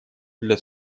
для